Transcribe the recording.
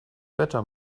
wetter